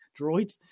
droids